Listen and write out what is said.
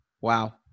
Wow